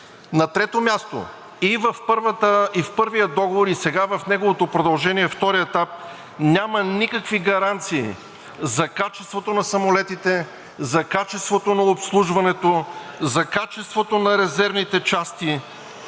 На трето място, и в първия договор, и сега в неговото продължение – втори етап, няма никакви гаранции за качеството на самолетите, за качеството на обслужването, за качеството на резервните части!